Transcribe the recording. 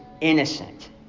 innocent